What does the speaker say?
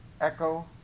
Echo